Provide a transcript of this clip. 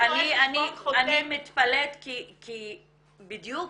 אני מתפלאת כי בדיוק